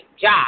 job